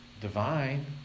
divine